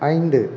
ஐந்து